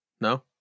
No